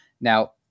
Now